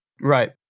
Right